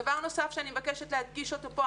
דבר נוסף שאני מבקשת להדגיש אותו פה,